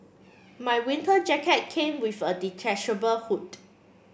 my winter jacket came with a detachable hood